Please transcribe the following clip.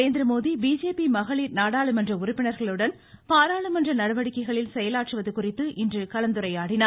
Narendra Modi BJP மகளிர் நாடாளுமன்ற உறுப்பினர்களுடன் பாராளுமன்ற நடவடிக்கைகளில் செயலாற்றுவது குறித்து இன்று கலந்துரையாடினார்